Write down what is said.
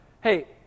Hey